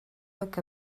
look